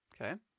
Okay